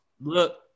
look